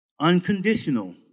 Unconditional